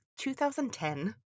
2010